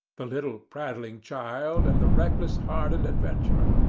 the little prattling child and the reckless, hardened adventurer.